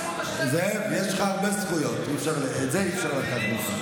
זאב, יש לך הרבה זכויות, את זה אי-אפשר לקחת ממך.